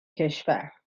کشور